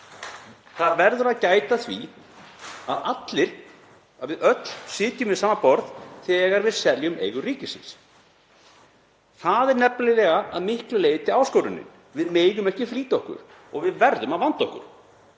Það verður að gæta að því að við öll sitjum við sama borð þegar við seljum eigur ríkisins. Það er nefnilega að miklu leyti áskorunin. Við megum ekki flýta okkur og við verðum að vanda okkur.